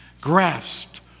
grasped